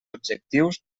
objectius